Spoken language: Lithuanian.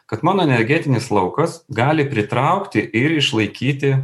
kad mano energetinis laukas gali pritraukti ir išlaikyti